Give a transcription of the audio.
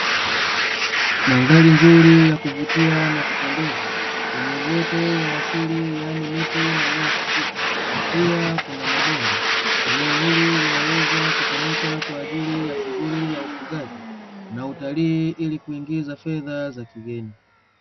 Mandhari nzuri ya kuvutia na kupendeza yenye uoto wa asili yaani miti na nyasi fupi pia kuna mabonde, eneo hili linaweza kutumika kwa ajili ya shughuli ya ufugaji na utalii ili kuingiza fedha za kigeni.